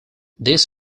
this